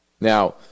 Now